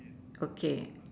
okay